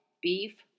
beef